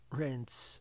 rinse